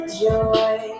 joy